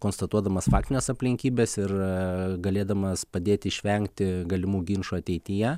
konstatuodamas faktines aplinkybes ir galėdamas padėti išvengti galimų ginčų ateityje